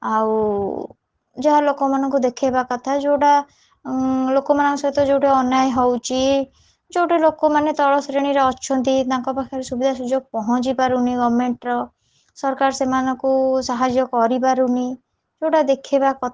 ଆଉ ଯାହା ଲୋକମାନଙ୍କୁ ଦେଖେଇବା କଥା ଯେଉଁଟା ଲୋକମାନଙ୍କ ସହିତ ଯେଉଁଠି ଅନ୍ୟାୟ ହେଉଛି ଯେଉଁଠି ଲୋକମାନେ ତଳ ଶ୍ରେଣୀରେ ଅଛନ୍ତି ତାଙ୍କ ପାଖରେ ସୁବିଧାସୁଯୋଗ ପହଞ୍ଚି ପାରୁନି ଗଭର୍ଣ୍ଣମେଣ୍ଟର ସରକାର ସେମାନଙ୍କୁ ସାହାଯ୍ୟ କରିପାରୁନି ଯେଉଁଟା ଦେଖେଇବା କଥା